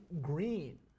green